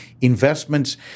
investments